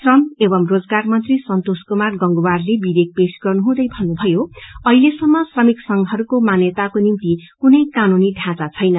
श्रमि एवं रोजगार मंत्री सन्तोष कूमार गंगवारले विधेयक पेश गर्नुहुँदै भन्नुभयो अहिलेसम्म श्रमिक संघहरूको मान्याताको निम्ति कुनै कानूनी ढ़ाँचा छैन